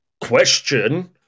question